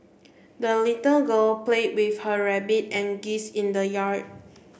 the little girl played with her rabbit and geese in the yard